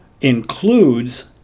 includes